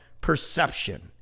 perception